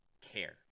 care